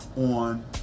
on